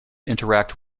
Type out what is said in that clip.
interact